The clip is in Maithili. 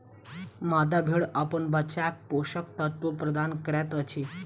मादा भेड़ अपन बच्चाक पोषक तत्व प्रदान करैत अछि